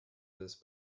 this